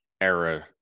era